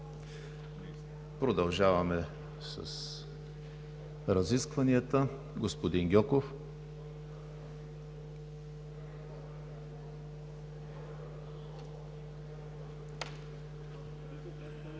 Продължаваме с разискванията. Господин Гьоков, заповядайте.